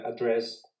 address